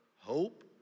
hope